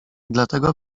dlatego